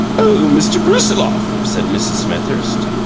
oh, mr. brusiloff, said mrs. smethurst,